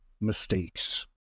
mistakes